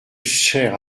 cher